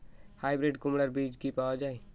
Hybrid কুমড়ার বীজ কি পাওয়া য়ায়?